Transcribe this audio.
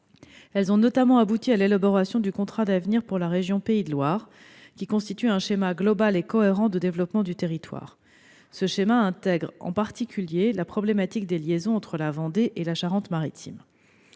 Elles ont notamment abouti à l'élaboration du contrat d'avenir pour la région Pays de la Loire, qui constitue un schéma global et cohérent de développement du territoire. Ce schéma intègre en particulier la problématique des liaisons entre la Vendée et la Charente-Maritime.